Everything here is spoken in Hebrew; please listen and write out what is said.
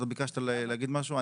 ואתה ביקשת להגיד משהו.